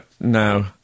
No